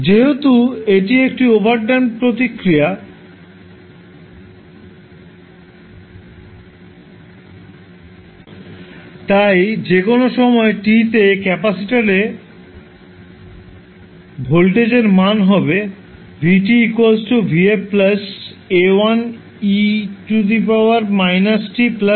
যেহেতু এটি একটি ওভারড্যাম্পড প্রাকৃতিক প্রতিক্রিয়া তাই যে কোনও সময় t তে ক্যাপাসিটর এ ভোল্টেজের মান হবে